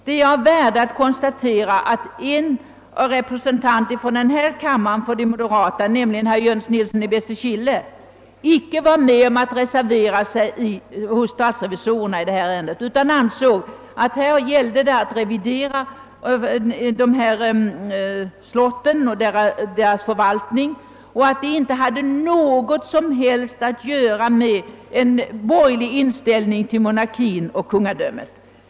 Det är av värde att kunna konstatera att en representant från denna kammare för de moderata, nämli gen herr Nilsson i Bästekille, icke var med om att reservera sig hos statsrevisorerna i detta ärende utan ansåg att frågan om revidering av förvaltningen av dessa slott inte hade något som helst att göra med en borgerlig inställning till monarkin och kungadömet.